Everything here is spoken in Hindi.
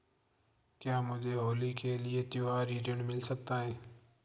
क्या मुझे होली के लिए त्यौहारी ऋण मिल सकता है?